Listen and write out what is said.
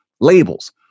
labels